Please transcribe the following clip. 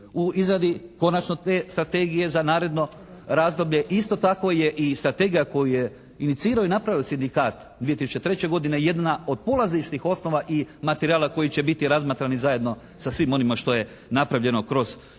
u izradi konačno te strategije za naredno razdoblje i isto tako je i strategija koju je inicirao i napravio sindikat 2003. godine jedna od polazišnih osnova i materijala koji će biti razmatrani zajedno sa svim onima što je napravljeno kroz i naše